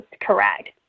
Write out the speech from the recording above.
correct